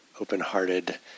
open-hearted